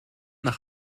nach